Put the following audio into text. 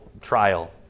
trial